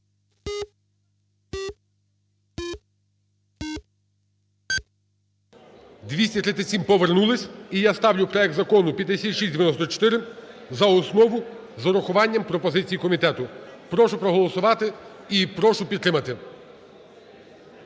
За-237 Повернулись. І я ставлю проект Закону 5694 за основу з урахуванням пропозицій комітету. Прошу проголосувати і прошу підтримати.